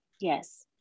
Yes